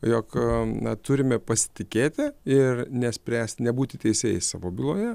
jog na turime pasitikėti ir nespręst nebūti teisėjais savo byloje